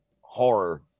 horror